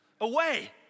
away